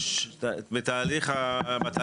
צריך לגזור את זה מתוכנית מאושרת,